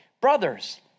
Brothers